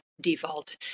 default